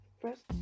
first